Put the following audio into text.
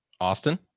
Austin